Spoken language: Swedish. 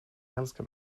älska